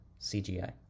CGI